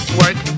work